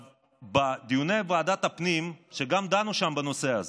בדיוני ועדת הפנים, שגם שם דנו בנושא הזה,